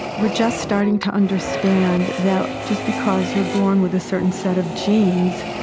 we're just starting to understand that just because you're born with a certain set of genes,